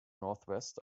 northwest